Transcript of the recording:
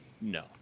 No